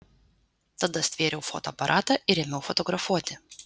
tada stvėriau fotoaparatą ir ėmiau fotografuoti